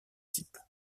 type